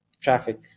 traffic